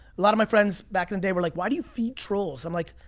a lot of my friends back in the day were like, why do you feed trolls? i'm like,